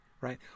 right